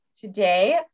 today